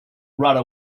rudder